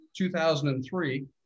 2003